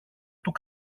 του